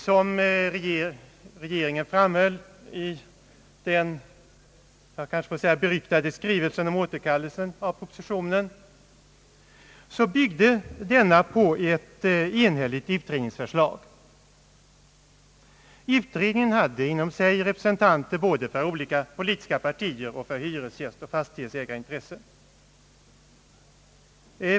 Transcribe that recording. Som regeringen framhöll i den — jag kanske får säga så — beryktade skrivelsen om återkallelse av propositionen byggde propositionen på ett enhälligt utredningsförslag. Utredningen hade inom sig representanter både för olika politiska partier och för hyresgästoch = fastighetsägarintressen.